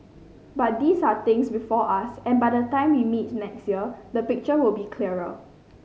but these are things before us and by the time we meet next year the picture will be clearer